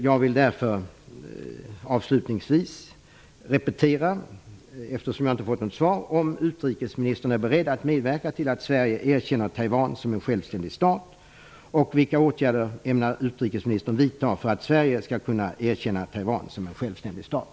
Jag vill därför avslutningsvis repetera dem, eftersom jag inte har fått något svar: Är utrikesministern beredd att medverka till att Sverige erkänner Taiwan som en självständig stat? Vilka ågärder ämnar utrikesministern vidta för att Sverige skall kunna erkänna Taiwan som en självständig stat?